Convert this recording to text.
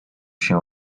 się